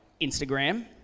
Instagram